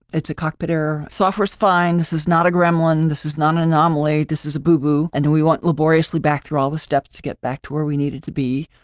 it's a cockpit their software is fine, this is not a gremlin, this is not an anomaly, this is a boo boo. and and we went laboriously back through all the steps to get back to where we needed to be.